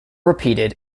repeated